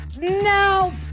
No